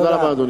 תודה רבה.